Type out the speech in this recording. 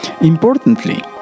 Importantly